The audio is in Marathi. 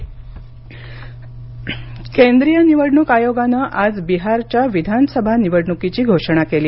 बिहार निवडणका केंद्रीय निवडणूक आयोगान आज बिहारच्या विधानसभा निवडणूकींची घोषणा केली